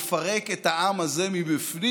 מפרק את העם הזה מבפנים,